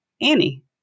Annie